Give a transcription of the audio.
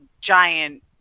giant